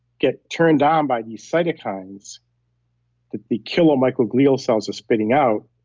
get turned on by these cytokines that the killer microglial cells are spitting out,